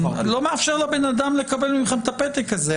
לא מאפשר לבן אדם לקבל מכם את הפתק הזה.